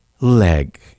leg